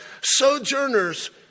sojourners